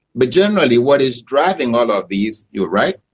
but generally what is driving all of these, you're right,